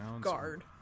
guard